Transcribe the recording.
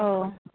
औ